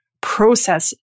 process